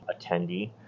attendee